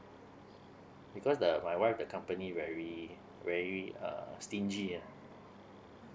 because the my wife the company very very uh stingy ah